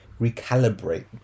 recalibrate